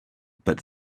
but